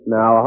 Now